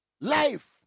Life